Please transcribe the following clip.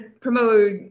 promote